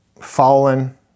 fallen